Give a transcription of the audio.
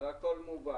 רגע והכול מובן.